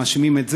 ומאשימים את זה,